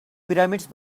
pyramids